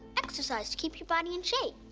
exercise to keep your body in shape.